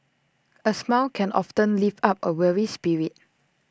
A smile can often lift up A weary spirit